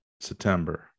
September